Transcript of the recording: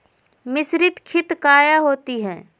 मिसरीत खित काया होती है?